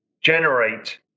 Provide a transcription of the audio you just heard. generate